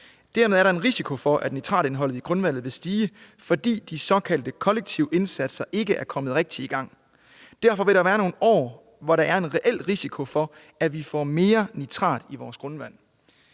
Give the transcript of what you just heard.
dermed er en risiko for, at nitratindholdet i grundvandet vil stige, fordi de såkaldte kollektive indsatser ikke er kommet rigtigt i gang. Derfor vil der være nogle år, hvor der er en reel risiko for at få mere nitrat i vores grundvand.